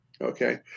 okay